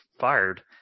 fired